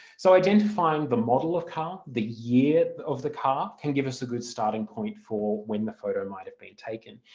so identifying the model of car, the year of the car can give us a good starting point for when the photo might have been taken.